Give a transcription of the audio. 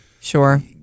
Sure